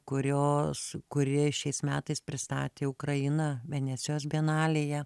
kurios kuri šiais metais pristatė ukrainą venecijos bienalėje